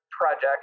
Projects